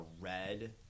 red